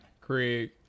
Craig